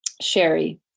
Sherry